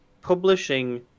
publishing